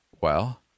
Well